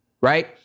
Right